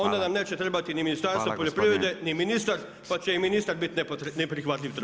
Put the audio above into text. Onda nam neće trebati ni Ministarstvo poljoprivrede, ni ministar pa će i ministar bit neprihvatljiv trošak.